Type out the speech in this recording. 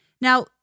Now